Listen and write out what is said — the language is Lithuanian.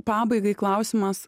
pabaigai klausimas